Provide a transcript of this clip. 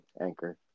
anchor